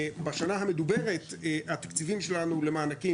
בשנה המדוברת התקציבים שלנו למענקים